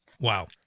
wow